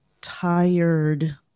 tired